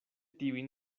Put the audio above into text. tiujn